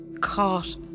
Caught